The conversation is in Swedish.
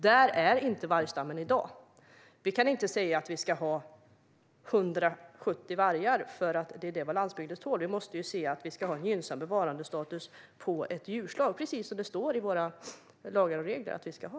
Där är inte vargstammen i dag. Vi kan inte säga att vi ska ha 170 vargar för att det är vad landsbygden tål. Vi måste ha en gynnsam bevarandestatus på ett djurslag, precis som det står i våra lagar och regler att vi ska ha.